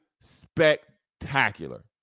spectacular